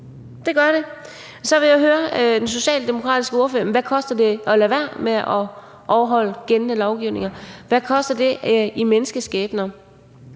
det gør det. Så vil jeg høre den socialdemokratiske ordfører: Hvad koster det at lade være med at overholde gældende lovgivning? Hvad koster det i menneskeskæbner?